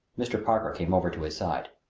mr. parker came over to his side.